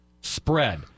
spread